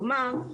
כלומר,